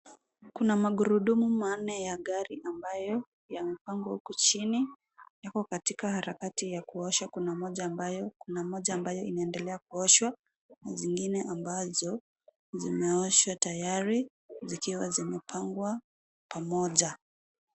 Kuna magurudumu manne ya gari ambayo yamepangwa huko chini. Yako katika harakati ya kuoshwa. Kuna moja ambalo linaendelea kuoshwa, na mengine ambayo yameoshwa tayari, yakiwa yamepangwa pamoja.